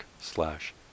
slash